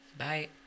Bye